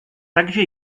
takže